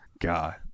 God